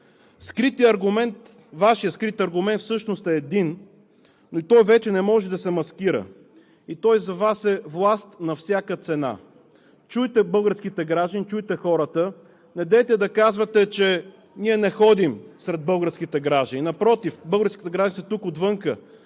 Вашият скрит аргумент всъщност е един, но той вече не може да се маскира, той за Вас е власт на всяка цена. Чуйте българските граждани, чуйте хората! Недейте да казвате, че ние не ходим сред българските граждани. Напротив! Българските граждани са тук, отвън,